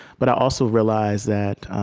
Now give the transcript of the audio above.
but i also realize that